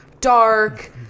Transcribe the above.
dark